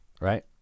right